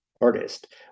artist